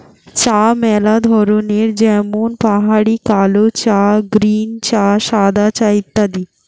চা ম্যালা ধরনের যেমন পাহাড়ি কালো চা, গ্রীন চা, সাদা চা ইত্যাদি